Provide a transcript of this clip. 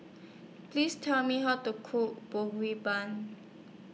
Please Tell Me How to Cook